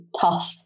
tough